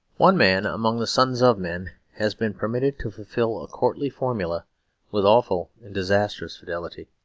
one man among the sons of men has been permitted to fulfil a courtly formula with awful and disastrous fidelity.